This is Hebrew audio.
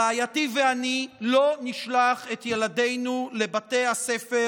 רעייתי ואני לא נשלח את ילדינו לבתי הספר